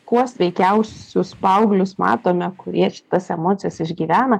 kuo sveikiausius paauglius matome kurie šitas emocijas išgyvena